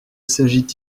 s’agit